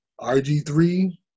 RG3 –